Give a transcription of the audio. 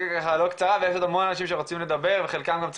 ביחס למה שצריך.